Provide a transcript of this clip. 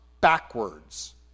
backwards